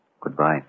Goodbye